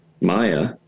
Maya